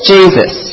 Jesus